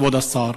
כבוד השר,